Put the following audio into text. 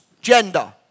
gender